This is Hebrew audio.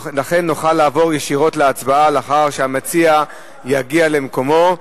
לכן נוכל לעבור ישירות להצבעה לאחר שהמציע יגיע למקומו.